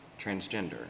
transgender